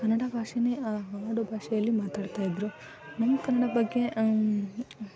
ಕನ್ನಡ ಭಾಷೆನೇ ಆಡುಭಾಷೆಯಲ್ಲಿ ಮಾತಾಡ್ತಾ ಇದ್ದರು ನಮ್ಮ ಕನ್ನಡ ಬಗ್ಗೆ